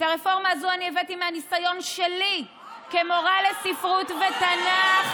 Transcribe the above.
את הרפורמה הזו אני הבאתי מהניסיון שלי כמורה לספרות ותנ"ך,